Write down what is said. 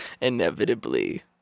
Inevitably